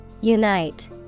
Unite